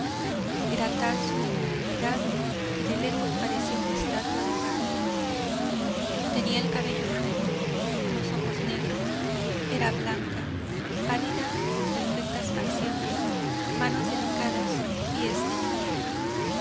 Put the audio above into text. era tal su inmovilidad que de lejos parecía una estatua de mármol tenía el cabello rubio los ojos negros era blanca pálida con perfectas facciones manos delicadas pies de niña